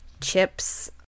chips